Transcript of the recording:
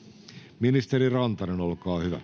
— Ministeri Rantanen, olkaa hyvä.